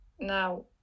Now